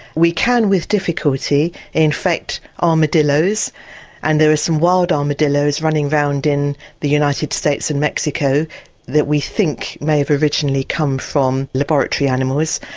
we can with difficulty infect armadillos and there are some wild armadillos running around in the united states and mexico that we think may have originally come from laboratory animals.